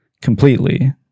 Completely